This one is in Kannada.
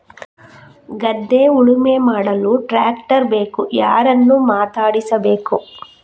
ಗದ್ಧೆ ಉಳುಮೆ ಮಾಡಲು ಟ್ರ್ಯಾಕ್ಟರ್ ಬೇಕು ಯಾರನ್ನು ಮಾತಾಡಿಸಬೇಕು?